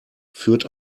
führt